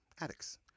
Addicts